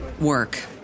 work